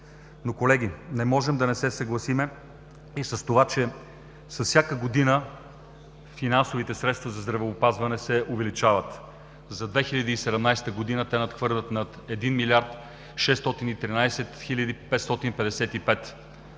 Колеги, не можем да не се съгласим и с това, че с всяка година финансовите средства за здравеопазване се увеличават. За 2017 г. те надхвърлят над 1 млрд. 613 млн. 555 хил.